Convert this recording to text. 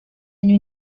año